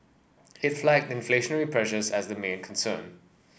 it flagged inflationary pressures as a main concern